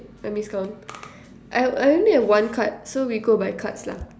I miscount I I only have one card so we go by one cards lah